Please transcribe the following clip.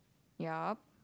ya